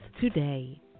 today